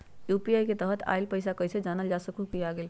UPI के तहत आइल पैसा कईसे जानल जा सकहु की आ गेल?